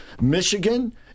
Michigan